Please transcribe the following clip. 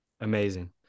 Amazing